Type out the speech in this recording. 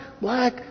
black